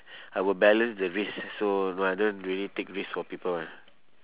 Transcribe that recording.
I will balance the risks so no I don't really take risk for people [one]